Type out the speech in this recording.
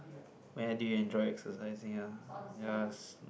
where do you enjoy exercising ah yes